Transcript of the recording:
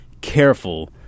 careful